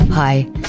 Hi